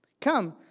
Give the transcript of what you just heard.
Come